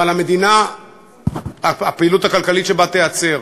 אבל המדינה, הפעילות הכלכלית שבה תיעצר.